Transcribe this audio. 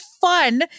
fun